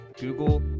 Google